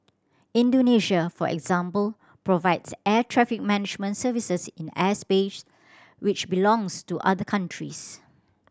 Indonesia for example provides air traffic management services in airspace which belongs to other countries